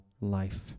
life